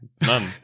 none